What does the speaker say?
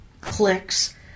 clicks